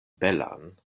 belan